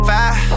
Five